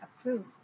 approved